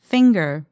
Finger